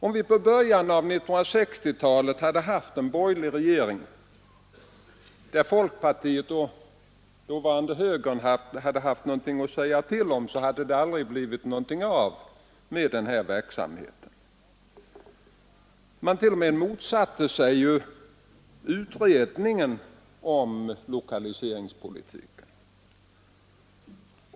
Om vi i början av 1960-talet hade haft en borgerlig regering, där folkpartiet och dåvarande högern hade haft något att säga till om, hade det aldrig blivit något av med en sådan verksamhet. Man t.o.m. motsatte sig utredningen om lokaliseringspolitiken.